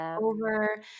over